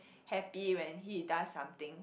happy when he does something